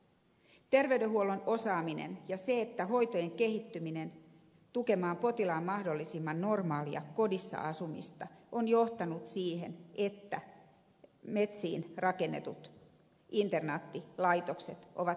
ter veydenhuollon osaaminen ja hoitojen kehittyminen tukemaan potilaan mahdollisimman normaalia kodissa asumista on johtanut siihen että metsiin rakennetut internaattilaitokset ovat lopettaneet toimintansa